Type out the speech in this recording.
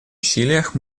усилиях